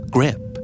Grip